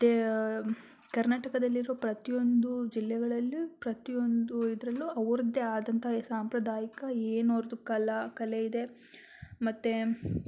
ಕರ್ನಾಟಕದಲ್ಲಿರೊ ಪ್ರತಿಯೊಂದು ಜಿಲ್ಲೆಗಳಲ್ಲಿಯೂ ಪ್ರತಿಯೊಂದು ಇದರಲ್ಲು ಅವರದ್ದೆ ಆದಂಥ ಸಾಂಪ್ರದಾಯಿಕ ಏನು ಅವ್ರದ್ದು ಕಲಾ ಕಲೆ ಇದೆ ಮತ್ತು